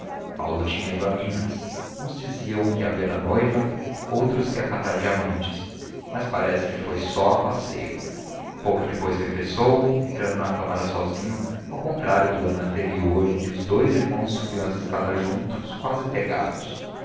paulo tinha ido a minas uns diziam que a ver noiva outros que a catar diamantes mas parece que foi só a passeio pouco depois regressou entrando na câmara sozinho ao contrário do ano anterior em que os dous irmãos subiam as escadas juntos quase pegados